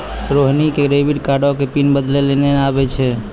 रोहिणी क डेबिट कार्डो के पिन बदलै लेय नै आबै छै